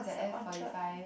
it's at Orchard